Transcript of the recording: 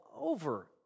over